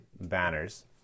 banners